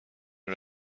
این